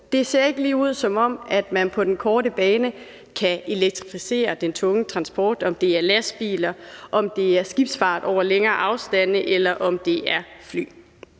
Det ser ikke lige ud, som om man på den korte bane kan elektrificere den tunge transport – om det er lastbiler, om det er skibsfart over længere afstande, eller om det er fly.